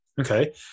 Okay